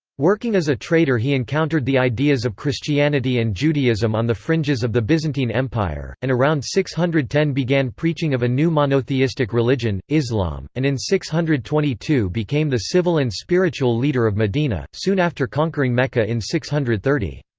working as a trader he encountered the ideas of christianity and judaism on the fringes of the byzantine empire, and around six hundred and ten began preaching of a new monotheistic religion, islam, and in six hundred and twenty two became the civil and spiritual leader of medina, soon after conquering mecca in six hundred thirty.